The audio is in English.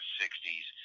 60s